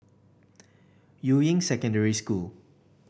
Yuying Secondary School